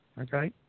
okay